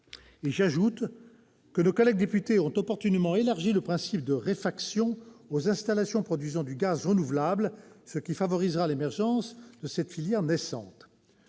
J'ajoute que nos collègues députés ont opportunément élargi le principe de la réfaction aux installations produisant du gaz renouvelable. Cela favorisera l'émergence de cette filière naissante.